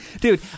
Dude